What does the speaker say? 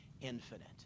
infinite